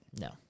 No